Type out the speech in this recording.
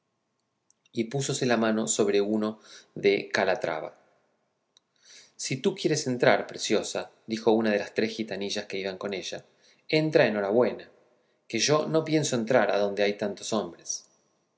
y púsose la mano sobre uno de calatrava si tú quieres entrar preciosa dijo una de las tres gitanillas que iban con ella entra en hora buena que yo no pienso entrar adonde hay tantos hombres